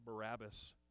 Barabbas